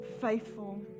faithful